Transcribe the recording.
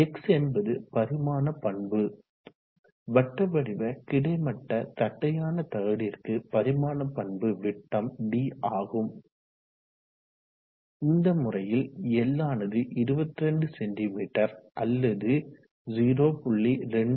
X என்பது பரிமாண பண்பு வட்ட வடிவ கிடைமட்ட தட்டையான தகடிற்கு பரிமாண பண்பு விட்டம் d ஆகும் இந்த முறையில் l ஆனது 22 செமீ அல்லது 0